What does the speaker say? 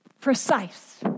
Precise